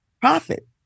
profit